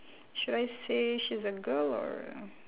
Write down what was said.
should I say she's a girl or